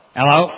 hello